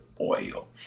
oil